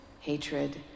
hatred